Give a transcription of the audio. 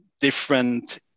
different